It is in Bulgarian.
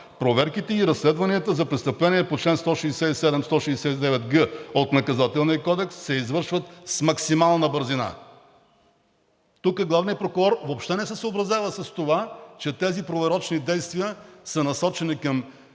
проверките и разследванията за престъпление по чл. 167, чл. 169г от Наказателния кодекс се извършват с максимална бързина“. Тук главният прокурор въобще не се съобразява с това, че тези проверочни действия са насочени към